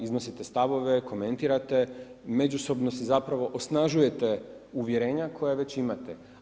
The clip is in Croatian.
Iznosite stavove, komentirate, međusobno si zapravo osnažujete uvjerenja koja već imate.